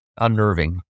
unnerving